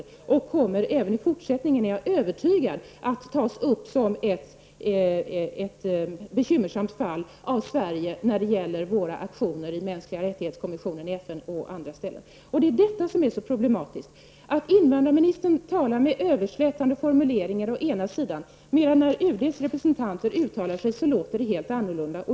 Jag är övertygad om att Rumänien även i fortsättningen kommer att tas upp som ett bekymmersamt fall av Sverige när det gäller våra aktioner i mänskligarättighetskommissionen i FN och i andra fora. Detta är problematiskt. Invandrarministern talar med överslätande formuleringar. När UDs representanter uttalar sig låter det däremot helt annorlunda.